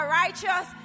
righteous